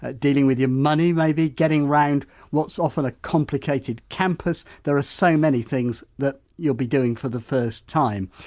ah dealing with your money maybe, getting around what's often a complicated campus. there are so many things that you'll be doing for the first time.